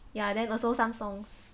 ya then also some songs